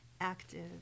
active